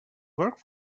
work